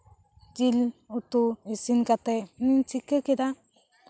ᱡᱤᱞ ᱩᱛᱩ ᱤᱥᱤᱱ ᱠᱟᱛᱮᱫ ᱤᱧ ᱪᱤᱠᱟᱹ ᱠᱮᱫᱟ